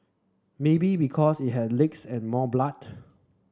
maybe because it had legs and more blood